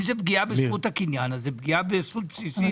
אם זו פגיע בזכות הקניין, זאת פגיעה בזכות בסיסית.